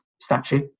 statue